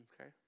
Okay